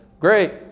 great